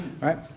right